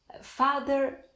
Father